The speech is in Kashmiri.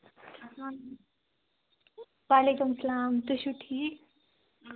وعلیکُم اسلام تُہۍ چھِو ٹھیٖک